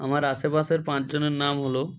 আমার আশেপাশের পাঁচজনের নাম হলো